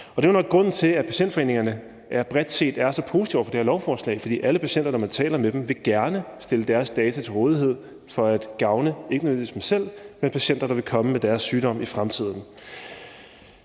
Det er jo nok grunden til, at patientforeningerne bredt set er så positive over for det her lovforslag. For alle patienter vil gerne, når man taler med dem, stille deres data til rådighed for at gavne ikke mindst sig selv, men også patienter, der vil komme til at blive ramt af deres sygdom i fremtiden.